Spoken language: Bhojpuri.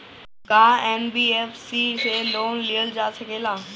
का एन.बी.एफ.सी से लोन लियल जा सकेला?